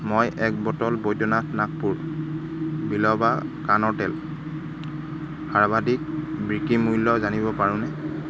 মই এক বটল বৈদ্যনাথ নাগপুৰ বিলৱা কাণৰ তেল সৰ্বাধিক বিক্ৰি মূল্য জানিব পাৰোনে